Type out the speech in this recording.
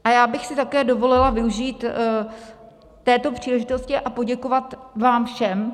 A já bych si také dovolila využít této příležitosti a poděkovat vám všem.